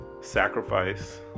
sacrifice